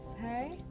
Hey